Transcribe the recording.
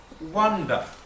wonder